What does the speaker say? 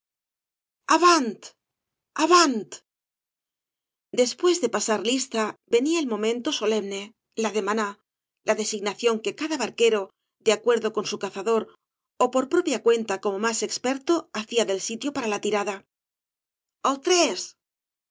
avantl avant después de pasar lista venía el momento so lemne la demaná la designación que cada barquero de acuerdo con su cazador ó por propia cuenta como más expertoj hacía del sitio para la tirada el tres